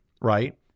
right